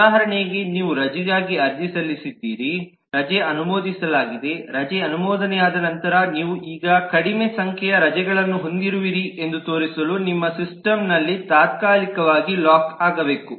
ಉದಾಹರಣೆಗೆ ನೀವು ರಜೆಗಾಗಿ ಅರ್ಜಿ ಸಲ್ಲಿಸಿದ್ದೀರಿ ರಜೆ ಅನುಮೋದಿಸಲಾಗಿದೆ ರಜೆ ಅನುಮೋದನೆಯಾದ ನಂತರ ನೀವು ಈಗ ಕಡಿಮೆ ಸಂಖ್ಯೆಯ ರಜೆಗಳನ್ನು ಹೊಂದಿರುವಿರಿ ಎಂದು ತೋರಿಸಲು ನಿಮ್ಮ ಸಿಸ್ಟಮ್ನಲ್ಲಿ ತಾತ್ಕಾಲಿಕವಾಗಿ ಲಾಕ್ ಆಗಬೇಕು